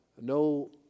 no